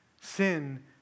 Sin